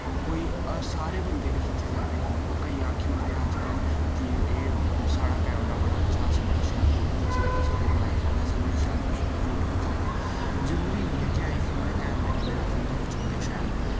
कोई सारे बंदे नि खिच्ची सकदे फोटो केईं आक्खी ओड़दे अज्जकल कि एह् साढ़ा कैमरा बड़ा अच्छा अस बड़ा शैल फोटो खिच्च लैना साढ़े कोल आई फोन ऐ स बड़ा शैल असैं बड़ा शैल फोटो खिच्ची लैना जरुरी नि ऐ कि आई फोन जां कैमरे कन्नै गै फोटो खचोंदे शैल